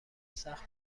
سخت